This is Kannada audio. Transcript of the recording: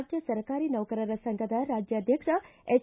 ರಾಜ್ಯ ಸರ್ಕಾರಿ ನೌಕರರ ಸಂಘದ ರಾಜ್ಯಾಧ್ವಕ್ಷ ಎಚ್